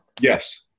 Yes